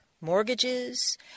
mortgages